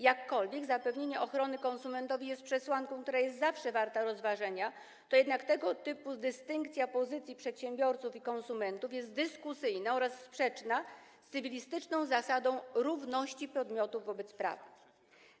Jakkolwiek zapewnienie ochrony konsumentowi jest przesłanką, która jest zawsze warta rozważenia, to tego typu dystynkcja pozycji przedsiębiorców i konsumentów jest dyskusyjna oraz sprzeczna z cywilistyczną zasadą równości podmiotów wobec prawa.